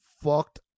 fucked